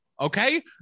Okay